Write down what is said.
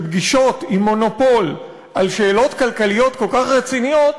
שפגישות עם מונופול על שאלות כלכליות כל כך רציניות